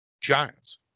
Giants